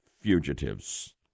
fugitives